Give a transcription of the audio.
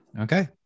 Okay